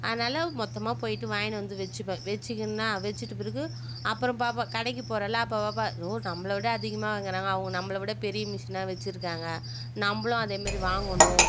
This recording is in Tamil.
அதனால் மொத்தமாக போய்விட்டு வாங்கினு வந்து வெச்சுப்பேன் வெச்சுக்கினனா வெச்சிட்ட பிறகு அப்புறம் பார்ப்பேன் கடைக்கு போகிறேன்ல அப்போ பார்ப்பேன் நம்மளோடய அதிகமாக வாங்கிறாங்க அவங்க நம்மளை விட பெரிய மிஷினாக வச்சுருக்காங்க நம்மளும் அதேமாரி வாங்கணும்